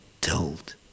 told